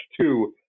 two